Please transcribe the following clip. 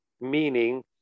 meaning